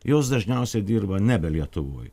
jos dažniausiai dirba nebe lietuvoj